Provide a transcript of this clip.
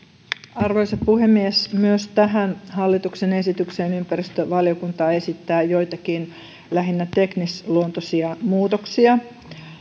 arvoisa puhemies myös tähän hallituksen esitykseen ympäristövaliokunta esittää joitakin lähinnä teknisluontoisia muutoksia